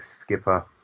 Skipper